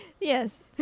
Yes